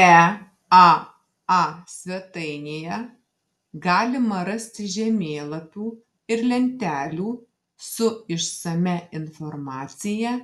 eaa svetainėje galima rasti žemėlapių ir lentelių su išsamia informacija